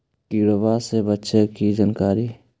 किड़बा से बचे के जानकारी?